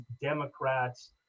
Democrats